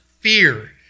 fear